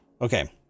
Okay